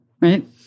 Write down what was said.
Right